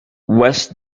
west